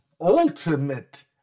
ultimate